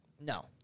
No